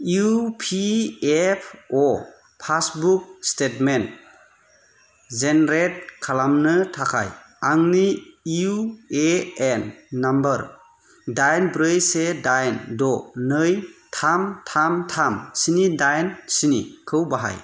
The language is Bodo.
U P F O passbook statement generate खालामनो थाखाय आंनि इउ ए एन नाम्बार दाइन ब्रै से दाइन द' नै थाम थाम थाम स्नि दाइन स्नि खौ बाहाय